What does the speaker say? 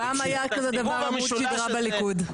פעם היה כזה דבר, עמוד שדרה, בליכוד.